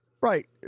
Right